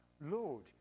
Lord